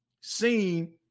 seen